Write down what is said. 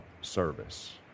service